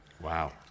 Wow